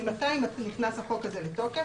ממתי נכנס החוק הזה לתוקף,